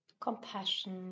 compassion